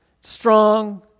strong